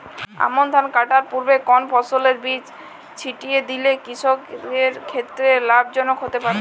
আমন ধান কাটার পূর্বে কোন ফসলের বীজ ছিটিয়ে দিলে কৃষকের ক্ষেত্রে লাভজনক হতে পারে?